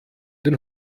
den